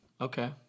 Okay